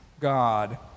God